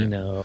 no